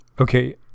Okay